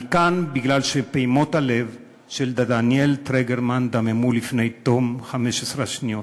אני כאן מפני שפעימות הלב של דניאל טרגרמן דממו לפני תום 15 השניות.